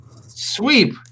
Sweep